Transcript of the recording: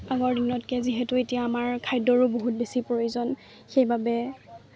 আগৰ দিনতকৈ যিহেতু এতিয়া আমাৰ খাদ্যৰো বহুত বেছি প্ৰয়োজন সেইবাবে